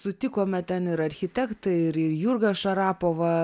sutikome ten ir architektą ir ir jurgą šarapovą